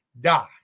die